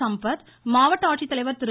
சம்பத் மாவட்ட ஆட்சித்தலைவர் திரு